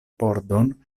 pordon